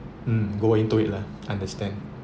mm go into it lah understand